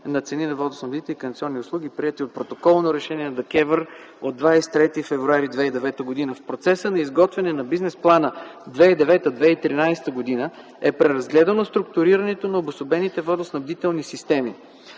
на цени на водоснабдителни и канализационни услуги, приети с Протоколно решение на ДКЕВР от 23 февруари 2009 г. В процеса на изготвяне на бизнес плана 2009-2013 г. е преразгледано структурирането на обособените водоснабдителни системи